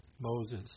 Moses